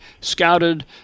scouted